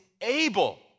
able